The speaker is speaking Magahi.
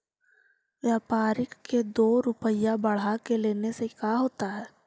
व्यापारिक के दो रूपया बढ़ा के लेने से का होता है?